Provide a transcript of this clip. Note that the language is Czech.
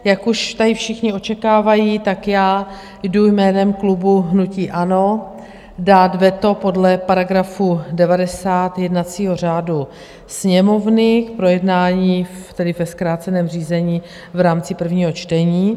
Jak už tady všichni očekávají, jdu jménem klubu hnutí ANO dát veto podle § 90 jednacího řádu Sněmovny k projednání ve zkráceném řízení v rámci prvního čtení.